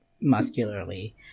muscularly